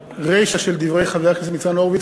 הרישה של דברי חבר הכנסת ניצן הורוביץ,